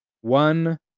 One